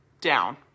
down